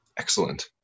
Excellent